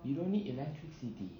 you don't need electricity